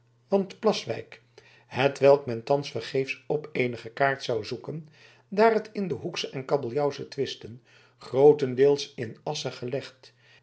want plaswijk hetwelk men thans vergeefs op eenige kaart zou zoeken daar het in de hoeksche en kabeljauwsche twisten grootendeels in assche gelegd